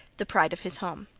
the pride of his home.